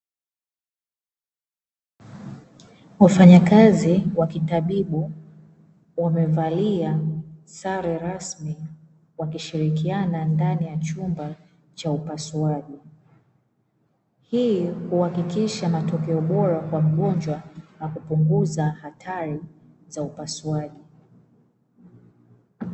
Wafanyakazi wa kitabibu wamevalia sare rasmi, wakishirikiana ndani ya chumba cha upasuaji. Hii huhakikisha matokeo bora kwa mgonjwa, na kupunguza hatari za upasuaji.